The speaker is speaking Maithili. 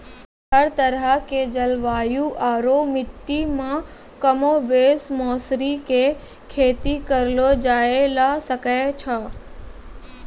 हर तरह के जलवायु आरो मिट्टी मॅ कमोबेश मौसरी के खेती करलो जाय ल सकै छॅ